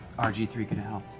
r g three could've helped.